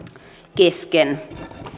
kesken